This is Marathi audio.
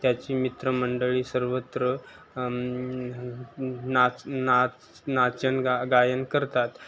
त्याची मित्रमंडळी सर्वत्र नाच नाच नाचणे गा गायन करतात